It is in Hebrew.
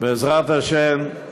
בעזרת השם,